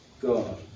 God